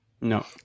No